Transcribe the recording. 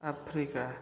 Africa